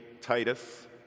Titus